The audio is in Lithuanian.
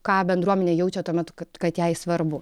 ką bendruomenė jaučia tuo metu kad jai svarbu